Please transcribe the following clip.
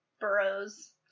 burrows